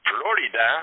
Florida